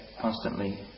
constantly